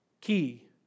key